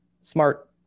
smart